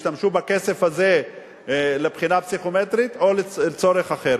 ישתמש בכסף הזה לבחינה פסיכומטרית או לצורך אחר.